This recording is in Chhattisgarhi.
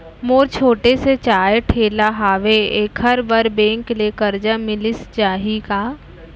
मोर छोटे से चाय ठेला हावे एखर बर बैंक ले करजा मिलिस जाही का?